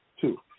Two